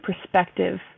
perspective